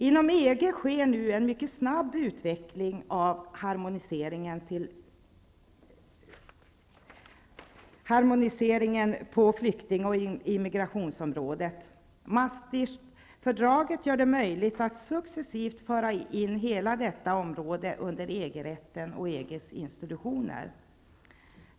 Inom EG sker nu en mycket snabb utveckling av harmoniseringen på flykting och immigrationsområdet. Maastrichtfördraget gör det möjligt att successivt föra in hela detta område under EG-rätten och EG:s institutioner.